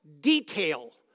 detail